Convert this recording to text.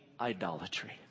idolatry